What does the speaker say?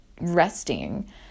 resting